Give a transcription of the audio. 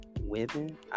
women